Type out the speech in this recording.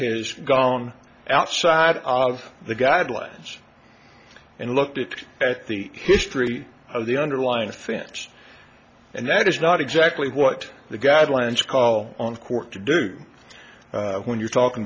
has gone outside of the guidelines and looked at the history of the underlying offense and that is not exactly what the guidelines call on court to do when you're talking